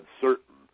certain